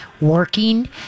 working